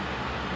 you know